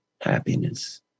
happiness